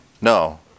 No